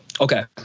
okay